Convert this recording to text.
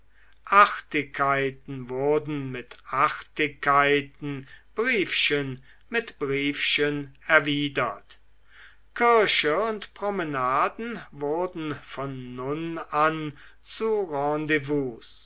artigkeiten wurden mit artigkeiten briefchen mit briefchen erwidert kirche und promenaden wurden von nun an zu